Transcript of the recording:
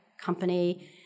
company